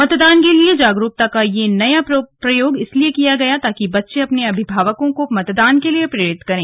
मतदान के लिए जागरूकता का यह नया प्रयोग इसलिए किया गया ताकि बच्चे अपने अभिभावकों को मतदान के लिए प्रेरित करें